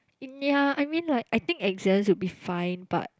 um ya I mean like I think exams will be fine but